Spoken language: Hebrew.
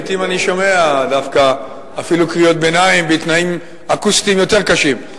לעתים אני שומע דווקא אפילו קריאות ביניים בתנאים אקוסטיים יותר קשים.